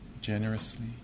generously